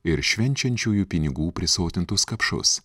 ir švenčiančiųjų pinigų prisotintus kapšus